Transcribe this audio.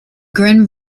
grim